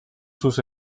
sus